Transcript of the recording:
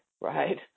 right